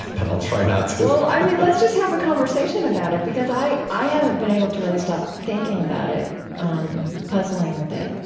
but i'll try not to well, i mean, let's just have a conversation about it because i i haven't been able to really stop thinking about it um puzzling with it.